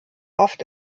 oft